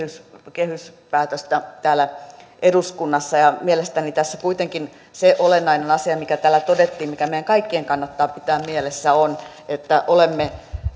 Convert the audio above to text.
kehyspäätöstä täällä eduskunnassa mielestäni tässä kuitenkin se olennainen asia mikä täällä todettiin mikä meidän kaikkien kannattaa pitää mielessä on se että olemme